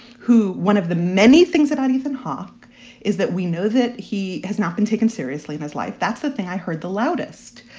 who one of the many things that that ethan hawke is that we know that he has not been taken seriously in his life. that's the thing i heard the loudest.